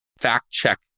fact-check